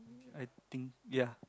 I think ya